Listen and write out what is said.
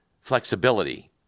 flexibility